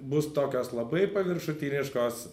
bus tokios labai paviršutiniškos